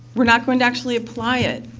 we're not going to actually apply it.